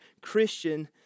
Christian